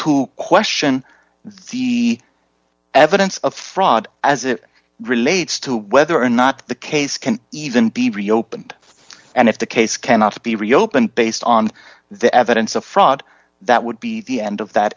to question the evidence of fraud as it relates to whether or not the case can even be reopened and if the case cannot be reopened based on the evidence of fraud that would be the end of that